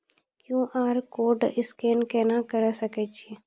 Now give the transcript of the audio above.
QR code scan केना करै सकय छियै?